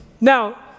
now